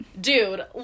dude